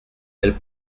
elles